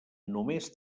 només